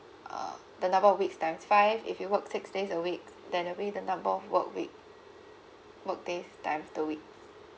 uh the number of weeks times five if you work six days a week then the way the number of work week work days times the weeks